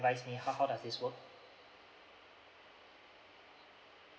advise me how how does this work